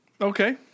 Okay